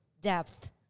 depth